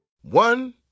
One